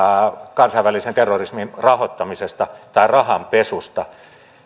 kansainvälisen terrorismin rahoittamisesta tai rahanpesusta